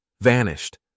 Vanished